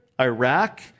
Iraq